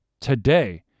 today